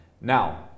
now